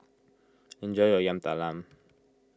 enjoy your Yam Talam